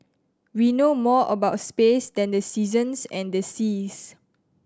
we know more about space than the seasons and the seas